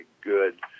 good